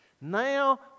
Now